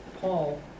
Paul